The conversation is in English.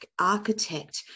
architect